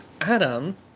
Adam